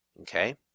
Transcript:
Okay